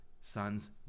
son's